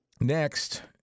Next